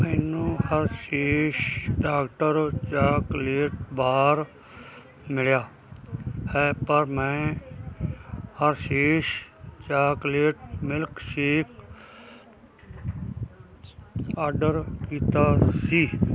ਮੈਨੂੰ Hershey's darker chocolate bar ਮਿਲਿਆ ਹੈ ਪਰ ਮੈਂ Hershey's chocolate milk shake order ਕੀਤਾ ਸੀ